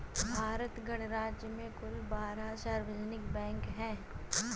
भारत गणराज्य में कुल बारह सार्वजनिक बैंक हैं